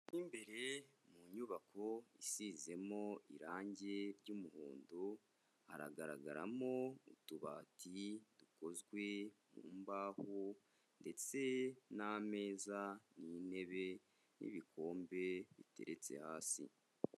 Mo imbere mu nyubako isizemo irange ry'umuhondo, haragaragaramo utubati dukozwe mu mbaho ndetse n'ameza, n'intebe, n'ibikombe biteretse hasi.